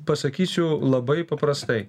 pasakysiu labai paprastai